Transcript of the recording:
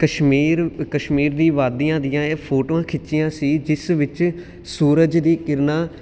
ਕਸ਼ਮੀਰ ਕਸ਼ਮੀਰ ਦੀਆਂ ਵਾਦੀਆਂ ਦੀਆਂ ਇਹ ਫੋਟੋਆਂ ਖਿੱਚੀਆਂ ਸੀ ਜਿਸ ਵਿੱਚ ਸੂਰਜ ਦੀਆਂ ਕਿਰਨਾਂ